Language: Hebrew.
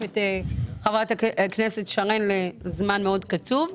את חברת הכנסת שרן לזמן מאוד קצוב.